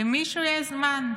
למישהו יש זמן.